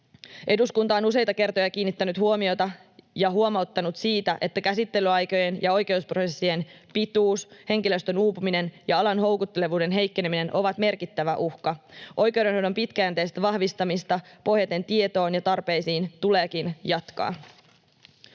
Eduskunta on useita kertoja kiinnittänyt huomiota siihen ja huomauttanut siitä, että käsittelyaikojen ja oikeusprosessien pituus, henkilöstön uupuminen ja alan houkuttelevuuden heikkeneminen ovat merkittävä uhka. Oikeudenhoidon pitkäjänteistä vahvistamista pohjaten tietoon ja tarpeisiin tuleekin jatkaa.